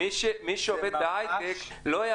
מי שעובד בהיי-טק לא ,